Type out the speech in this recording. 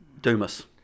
Dumas